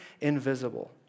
invisible